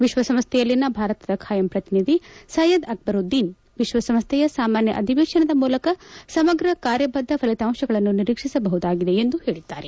ವಿಶ್ವಸಂಸ್ಥೆಯಲ್ಲಿನ ಭಾರತದ ಬಾಯಂ ಪ್ರತಿನಿಧಿ ಸೈಯದ್ ಅಕ್ಷರುದ್ದೀನ್ ವಿಶ್ವಸಂಸ್ಥೆಯ ಸಾಮಾನ್ಯ ಅಧಿವೇಶನದ ಮೂಲಕ ಸಮಗ್ರ ಕಾರ್ಯಬದ್ದ ಫಲಿತಾಂಶಗಳನ್ನು ನಿರೀಕ್ಷಿಸಬಹುದಾಗಿದೆ ಎಂದು ಹೇಳಿದ್ದಾರೆ